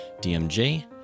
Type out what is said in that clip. DMJ